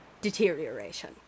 deterioration